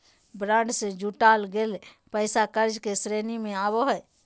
bond से जुटाल गेल पैसा कर्ज के श्रेणी में आवो हइ